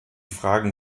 fragen